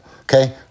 okay